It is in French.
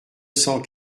cent